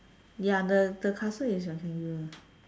ya the the castle is rectangular